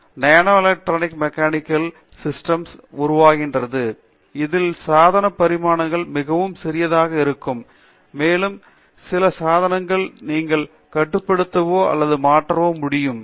இப்போது இது nano electronic mechanical systems முறைமைகளாக உருவாகிறது இதில் சாதன பரிமாணங்கள் மிகவும் சிறியதாக இருக்கும் மேலும் சில சாதனங்களை நீங்கள் கட்டுப்படுத்தவோ அல்லது மாற்றவோ முடியும்